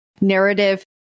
narrative